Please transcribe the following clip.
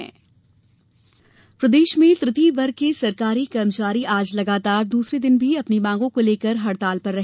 लिपिक हड़ताल प्रदेश में तृतीय वर्ग के सरकारी कर्मचारी आज लगातार दूसरे दिन भी अपनी मांगों को लेकर हड़ताल पर रहे